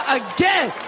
again